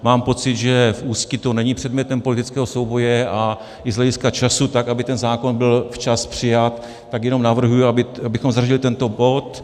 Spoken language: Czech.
Mám pocit, že v Ústí to není předmětem politického souboje, a i z hlediska času, tak aby ten zákon byl včas přijat, tak jenom navrhuji, abychom zařadili tento bod.